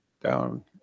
down